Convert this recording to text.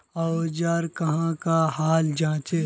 औजार कहाँ का हाल जांचें?